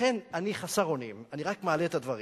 לכן אני חסר אונים, אני רק מעלה את הדברים.